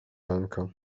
janka